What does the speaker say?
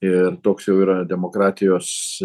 ir toks jau yra demokratijos